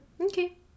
okay